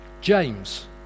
James